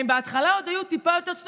בהתחלה הם היו צנועים יותר.